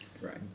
Right